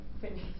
Finish